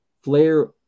Flair